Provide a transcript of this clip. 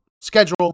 Schedule